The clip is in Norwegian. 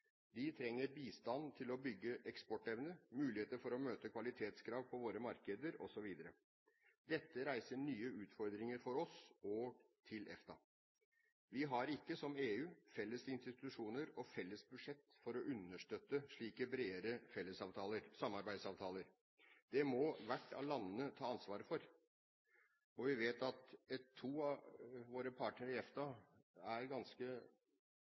De trenger bistand til å bygge eksportevne, muligheter for å møte kvalitetskrav på våre markeder osv. Dette reiser nye utfordringer for oss og for EFTA. Vi har ikke, som EU, felles institusjoner og felles budsjett for å understøtte slike bredere samarbeidsavtaler. Det må hvert av landene ta ansvaret for. Vi vet at to av våre partnere i EFTA er ganske